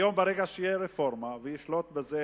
היום, ברגע שתהיה רפורמה וישלטו בזה